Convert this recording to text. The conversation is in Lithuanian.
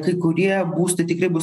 kai kurie būstai tikri bus